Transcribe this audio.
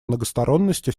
многосторонности